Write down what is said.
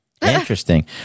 Interesting